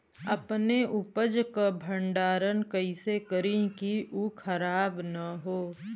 अपने उपज क भंडारन कइसे करीं कि उ खराब न हो?